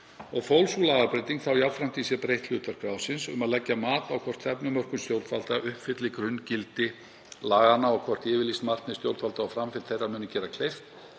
og fól sú lagabreyting þá jafnframt í sér breytt hlutverk ráðsins um að leggja mat á hvort stefnumörkun stjórnvalda uppfylli grunngildi laganna og hvort yfirlýst markmið stjórnvalda og framfylgd þeirra muni gera kleift